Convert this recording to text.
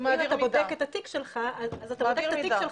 אם אתה בודק את התיק שלך אז אתה בודק את התיק שלך,